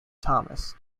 thomas